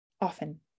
often